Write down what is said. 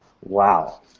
Wow